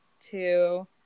two